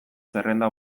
zerrenda